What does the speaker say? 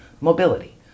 mobility